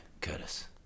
Curtis